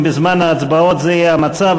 אם בזמן ההצבעות זה יהיה המצב,